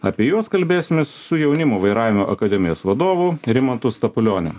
apie juos kalbėsimės su jaunimo vairavimo akademijos vadovu rimantu stapulioniu